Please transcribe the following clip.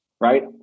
right